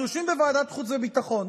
אנחנו יושבים בוועדת חוץ וביטחון,